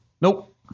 Nope